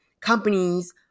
companies